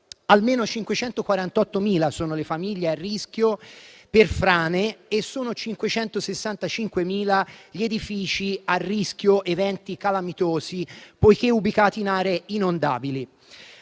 almeno 548.000 sono le famiglie a rischio per frane e sono 565.000 gli edifici a rischio di eventi calamitosi, poiché ubicati in aree inondabili.